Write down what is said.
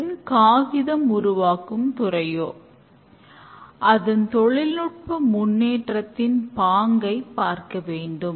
இது மிகவும் சவாலான திட்டம் மற்றும் புது தொழில்நுட்பங்களை உள்ளடக்கியது